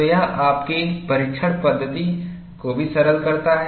तो यह आपके परीक्षण पद्धति को भी सरल करता है